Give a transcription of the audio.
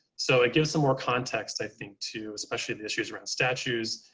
so it gives some more context, i think, to especially the issues around statues,